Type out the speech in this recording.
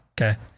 Okay